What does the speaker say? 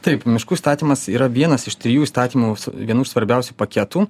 taip miškų įstatymas yra vienas iš trijų įstatymų vienu svarbiausių paketų